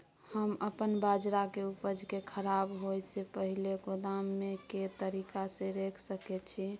हम अपन बाजरा के उपज के खराब होय से पहिले गोदाम में के तरीका से रैख सके छी?